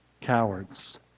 cowards